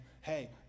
hey